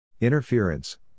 Interference